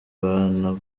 abana